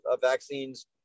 vaccines